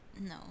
No